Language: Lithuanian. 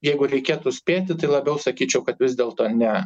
jeigu reikėtų spėti tai labiau sakyčiau kad vis dėlto ne